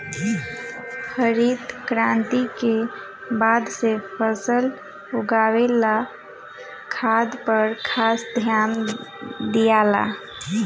हरित क्रांति के बाद से फसल उगावे ला खाद पर खास ध्यान दियाला